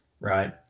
right